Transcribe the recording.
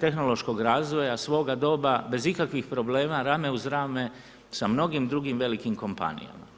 tehnološkog razvoja svoga doba bez ikakvih problema, rame uz rame sa mnogim drugim velikim kompanijama.